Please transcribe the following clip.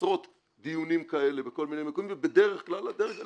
עשרות דיונים כאלה בכל מיני --- ובדרך כלל הדרג המדיני,